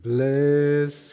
Bless